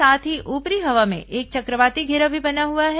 साथ ही ऊपरी हवा में एक चक्रवाती घेरा भी बना हुआ है